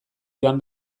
joan